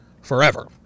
forever